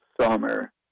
summer